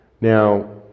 Now